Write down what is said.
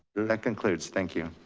that concludes, thank you.